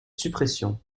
suppression